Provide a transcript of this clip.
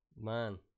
man